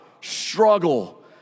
struggle